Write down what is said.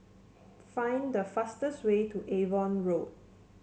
find the fastest way to Avon Road